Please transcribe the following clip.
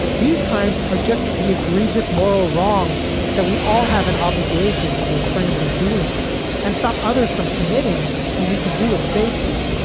these crimes are just the egregious moral wrongs that we all have an obligation to refrain from doing and stop others from committing when we can do it safely